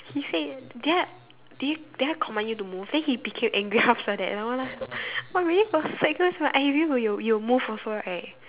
he said did I did he did I command you to move then he became angry after that like what the hell but really got sweat goes in my eye then you you move also right